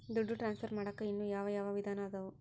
ದುಡ್ಡು ಟ್ರಾನ್ಸ್ಫರ್ ಮಾಡಾಕ ಇನ್ನೂ ಯಾವ ಯಾವ ವಿಧಾನ ಅದವು?